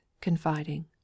confiding